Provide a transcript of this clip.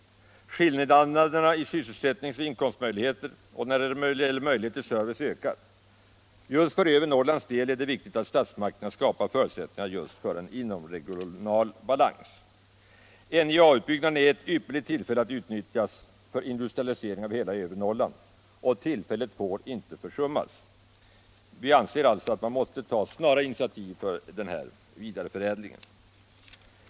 Skillnaderna i sysselsättnings-, inkomstoch servicemöjligheter ökar. Just för övre Norrlands del är det därför viktigt att statsmakterna skapar förutsättningar just för en inomregional balans. NJA utbyggnaden är ett ypperligt tillfälle att utnyttjas för industrialisering av hela övre Norrland, och tillfället får inte försummas. Vi anser alltså att det måste tas snara initiativ för en vidareförädling här.